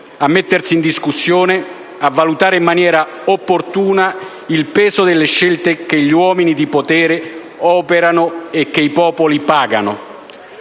a mettersi in discussione, a valutare in maniera opportuna il peso delle scelte che gli uomini di potere operano e che i popoli pagano.